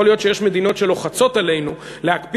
יכול להיות שיש מדינות שלוחצות עלינו להקפיא